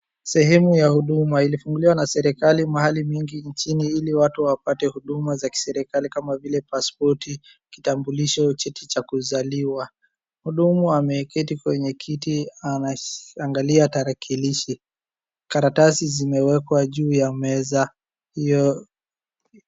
Sehemu ya huduma, ilifunguliwa na serikali mahali mingi nchini ili watu wapate huduma za kiserikali kama vile pasipoti, kitambulisho, cheti cha kuzaliwa. Mhudumu ameketi kwenye kiti anaangalia tarakilishi. Karatasi zimewekwa juu ya meza hio.